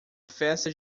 festa